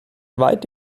weit